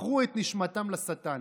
מכרו את נשמתם לשטן,